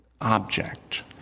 object